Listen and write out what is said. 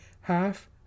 half